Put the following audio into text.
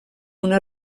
una